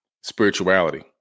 spirituality